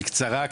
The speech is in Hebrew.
בקצרה,